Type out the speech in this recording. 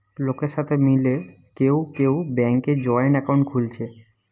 লোকের সাথে মিলে কেউ কেউ ব্যাংকে জয়েন্ট একাউন্ট খুলছে